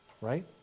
Right